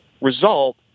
result